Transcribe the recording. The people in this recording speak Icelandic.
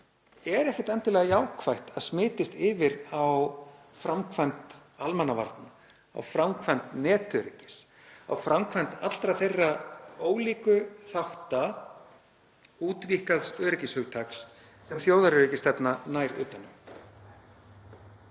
er ekki endilega jákvætt að smitist yfir á framkvæmd almannavarna, netöryggis og á framkvæmd allra þeirra ólíku þátta útvíkkaðs öryggishugtaks sem þjóðaröryggisstefna nær utan um.